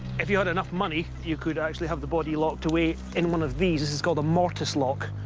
if you had enough money, you could actually have the body locked away in one of these. this is called a mortis lock,